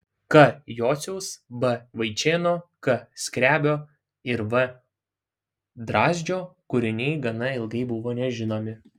k jociaus b vaičėno k skrebio ir v drazdžio kūriniai gana ilgai buvo nežinomi